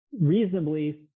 reasonably